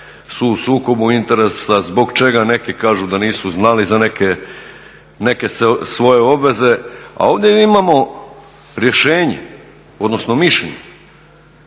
su u sukobu interesa, zbog čega neki kažu da nisu znali za neke svoje obveze, a ovdje imamo rješenje, odnosno mišljenje